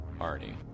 Arnie